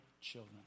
children